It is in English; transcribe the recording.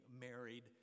married